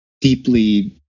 deeply